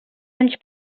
anys